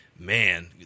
Man